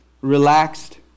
Relaxed